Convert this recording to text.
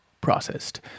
processed